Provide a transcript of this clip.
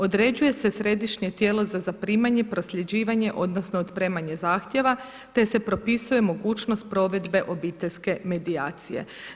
Određuje se središnje tijelo za zaprimanje, prosljeđivanje, odnosno otpremanje zahtjeva te se propisuje mogućnost provedbe obiteljske medijacije.